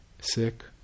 sick